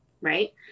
Right